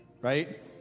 right